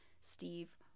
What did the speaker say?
steve